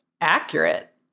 accurate